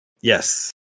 Yes